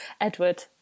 Edward